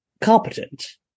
competent